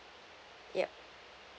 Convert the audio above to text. yup